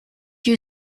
you